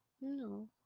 No